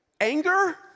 Anger